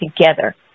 together